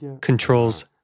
controls